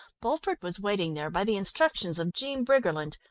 bulford was waiting there by the instructions of jean briggerland.